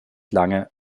lange